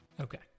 Okay